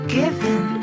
given